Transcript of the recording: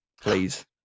Please